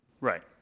Right